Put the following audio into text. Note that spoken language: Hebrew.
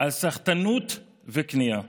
על סחטנות וכניעה.